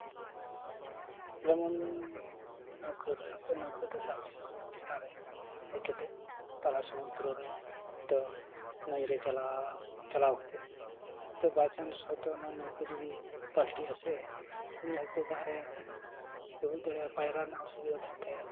ᱡᱮᱢᱚᱱ ᱱᱟᱹᱣᱠᱟᱹ ᱨᱮ ᱟᱫᱚ ᱱᱟᱹᱣᱠᱟᱹᱛᱮ ᱥᱟᱵ ᱦᱩᱭᱩᱜᱼᱟ ᱱᱟᱹᱣᱠᱟᱹ ᱪᱮᱛᱟᱱᱨᱮ ᱫᱮᱡ ᱠᱟᱛᱮᱫ ᱛᱟᱞᱟ ᱥᱚᱢᱩᱫᱽᱨᱚ ᱨᱮ ᱱᱤᱛᱚᱜ ᱱᱟᱹᱭᱨᱮ ᱪᱟᱞᱟᱣ ᱪᱟᱞᱟᱣ ᱠᱟᱛᱮᱫ ᱦᱚᱭᱛᱚ ᱵᱟᱭᱪᱟᱱᱥ ᱦᱚᱭᱛᱚ ᱚᱱᱟ ᱱᱟᱹᱣᱠᱟᱹ ᱡᱩᱫᱤ ᱯᱟᱹᱞᱴᱤᱜᱼᱟᱥᱮ ᱢᱟᱱᱮ ᱦᱚᱭᱛᱚ ᱫᱟᱜ ᱨᱮ ᱰᱩᱵᱩᱡ ᱵᱟᱲᱟ ᱯᱟᱭᱨᱟ ᱨᱮᱱᱟᱜ ᱚᱥᱩᱵᱤᱫᱟ ᱛᱟᱦᱮᱱ ᱛᱟᱭᱟ